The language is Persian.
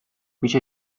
میشه